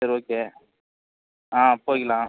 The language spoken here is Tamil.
சரி ஓகே ஆ போய்க்கலாம்